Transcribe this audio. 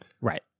Right